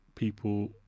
people